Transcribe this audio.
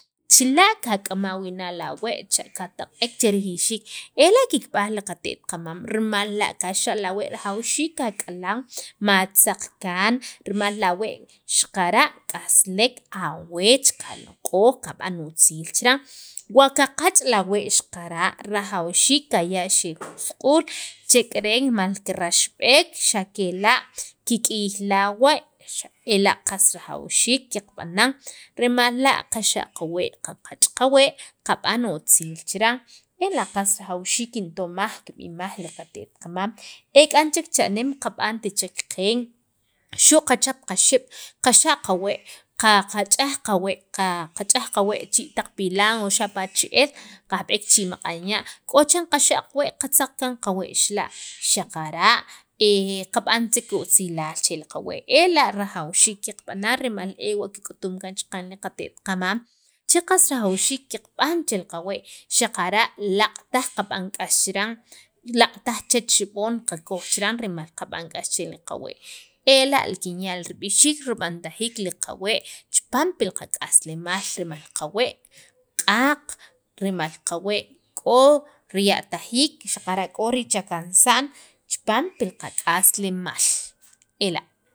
chila' kak'ama wii' na la wee' cha' kataq'ek che rijiyxiik ela' kikb'aj li qate't qqamam rimal la' kaxa' la wee' rajawxiik qak'alan ma tzaq kaan rimal la wee' xaqara' k'aslek aweech qaloq'oj kab'an utziil chiran wa qaqach' awee' xaqara' rajawxiik qaya' chixe' jun suq'uul chek'eren rimal kiraxb'ek xa'kela' kik'iy la wee' xa' ela' qas rajawxiik qab'anan rimal la' qaxa' qawwe' qaqach' qawee kib'an otziil chiran ela' qas rajawxiik kintomaj kikb'imaj li qate't qamam ek'an cha'nem qab'ant chek qeen xu' qachap qaxeb' qaxe' qawee' qaqa qach'aj qawee' qach'aj qawee' chi' taq pilan o xapa' che'el k'o kajb'eek chi' maq'an ya' k'o chiran qaxa' qawee' qatzaq kaan qawee' chila' xaqara' qab'ant chek otzilaal che qawee' ela' rajawxiik kikb'anan rimal ewa' kik'utum kaan chaqan li qatet't qamam che qas rajawxiik kab'an che qawee' xaqara' laaq' taj kab'an k'ax chiran laaq' taj chech xib'on qakoj chiran ela' kinya' rib'ixiik rib'antajiik li qawee' chipaam pi li qak'aslemaal rimal qawee q'aq rimal qawee' k'o riya'tajiik xaqara' k'o richakansa'n chipan li qak'aslemaal ela'.